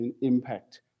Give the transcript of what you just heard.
impact